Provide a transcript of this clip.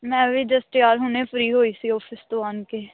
ਮੈਂ ਵੀ ਜਸਟ ਯਾਰ ਹੁਣੇ ਫਰੀ ਹੋਈ ਸੀ ਔਫਿਸ ਤੋਂ ਆਉਣ ਕੇ